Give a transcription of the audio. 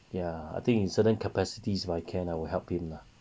ya I think in certain capacities I can I help him lah